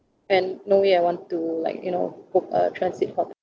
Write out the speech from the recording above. and no way I want to like you know book a transit ho~